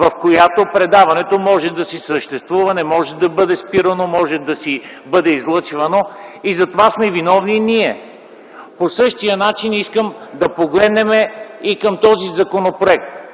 в която предаването може да си съществува, не може да бъде спирано, може да си бъде излъчвано. Затова сме виновни ние. По същия начин искам да погледнем и към този законопроект.